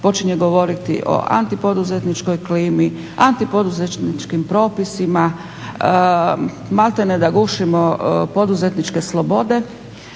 počinje govoriti o antipoduzetničkoj klimi, antipoduzetničkim propisima maltene da gušimo poduzetničke slobode,